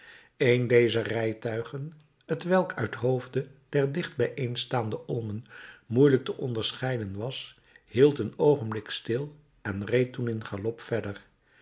een dezer rijtuigen t welk uithoofde der dicht bijeenstaande olmen moeilijk te onderscheiden was hield een oogenblik stil en reed toen in galop verder